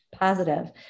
positive